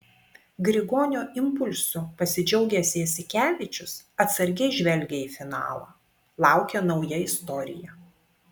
grigonio impulsu pasidžiaugęs jasikevičius atsargiai žvelgia į finalą laukia nauja istorija